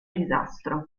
disastro